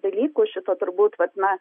dalykų šito turbūt vat na